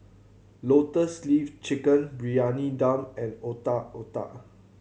Lotus Leaf Chicken Briyani Dum and Otak Otak